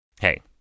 Hey